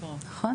נכון מאוד.